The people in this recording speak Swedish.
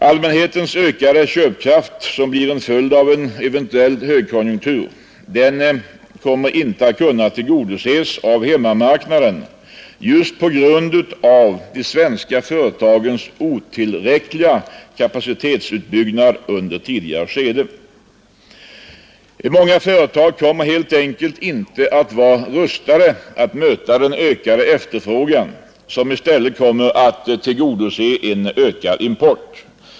Allmänhetens ökade köpkraft som blir en följd av en eventuell högkonjunktur kommer inte att kunna tillgodoses av hemmamarknaden just på grund av de svenska företagens otillräckliga kapacitetsutbyggnad under tidigare skede. Många företag kommer helt enkelt inte att vara rustade att möta den ökade efterfrågan, som i stället kommer att tillgodoses genom en ökad import.